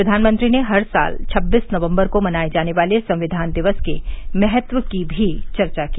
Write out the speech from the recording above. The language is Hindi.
प्रधानमंत्री ने हर साल छब्बीस नवंबर को मनाए जाने वाले संविधान दिवस के महत्व की भी चर्चा की